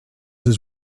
his